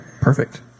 Perfect